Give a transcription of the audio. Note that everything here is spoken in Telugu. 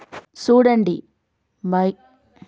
సూడండి భారతదేసంలో మైదా ఎలా తయారవుతుందో తెలుసా